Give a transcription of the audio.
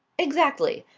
exactly.